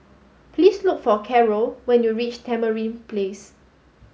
please look for Carrol when you reach Tamarind Place